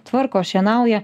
tvarko šienauja